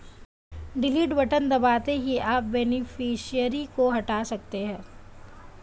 delete button दबाते ही आप बेनिफिशियरी को हटा सकते है